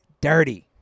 dirty